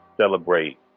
celebrate